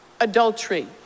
Adultery